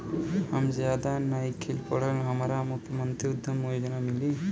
हम ज्यादा नइखिल पढ़ल हमरा मुख्यमंत्री उद्यमी योजना मिली?